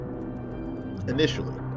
initially